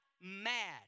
mad